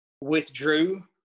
withdrew